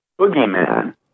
Boogeyman